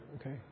okay